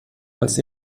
als